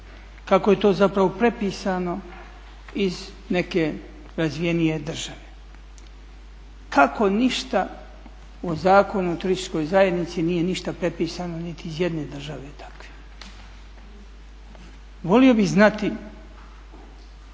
kako je to zapravo prepisano iz neke razvijenije države. Kako ništa o Zakonu o turističkoj zajednici nije ništa prepisano niti iz jedne države takve.